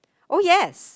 oh yes